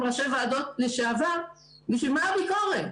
ראשי ועדות לשעבר בשביל מה הביקורת,